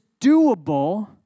doable